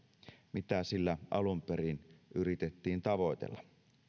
mitä sillä alun perin yritettiin tavoitella